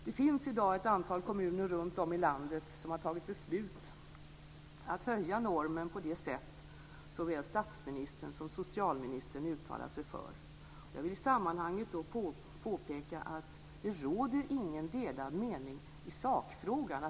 Det finns i dag ett antal kommuner runtom i landet som har fattat beslut om att höja normen på det sätt som såväl statsministern som socialministern uttalat sig för. Jag vill i det sammanhanget påpeka att det inte råder några delade meningar i sakfrågan.